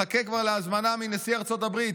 מחכה כבר להזמנה מנשיא ארצות הברית,